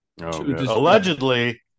Allegedly